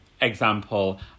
example